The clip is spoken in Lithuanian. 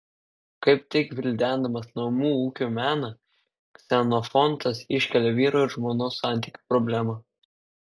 kaip tik gvildendamas namų ūkio meną ksenofontas iškelia vyro ir žmonos santykių problemą